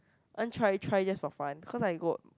I want try try just for fun cause I got